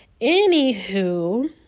Anywho